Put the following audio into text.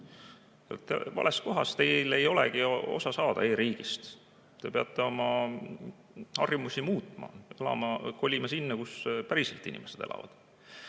Vales kohas, teil ei olegi võimalik saada osa e-riigist. Te peate oma harjumusi muutma, kolima sinna, kus päriselt inimesed elavad.